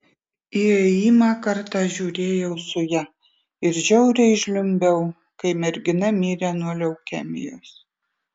įėjimą kartą žiūrėjau su ja ir žiauriai žliumbiau kai mergina mirė nuo leukemijos